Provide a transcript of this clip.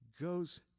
goes